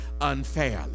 unfairly